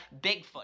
Bigfoot